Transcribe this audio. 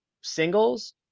singles